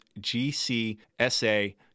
GCSA